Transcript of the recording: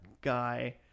guy